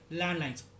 landlines